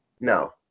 No